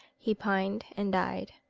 he pined and died.